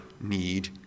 need